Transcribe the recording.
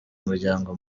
muryango